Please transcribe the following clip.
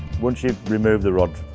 once you've removed the rod,